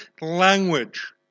language